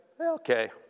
Okay